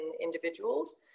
individuals